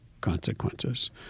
consequences